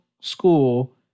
school